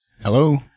Hello